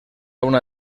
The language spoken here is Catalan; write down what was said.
una